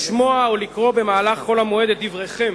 לשמוע או לקרוא במהלך חול המועד את דבריכם,